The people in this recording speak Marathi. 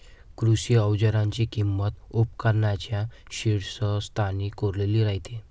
कृषी अवजारांची किंमत उपकरणांच्या शीर्षस्थानी कोरलेली राहते